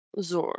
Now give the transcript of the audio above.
Zor